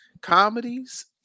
comedies